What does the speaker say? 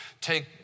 take